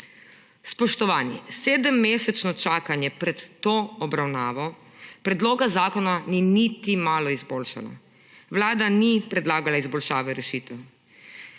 Spoštovani, sedemmesečno čakanje pred to obravnavo predloga zakona ni niti malo izboljšala. Vlada ni predlaga izboljšave rešitev.